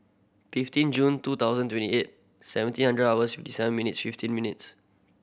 fifteen Jul two thousand twenty eight seventeen hundred hours seven minutes fifteen minutes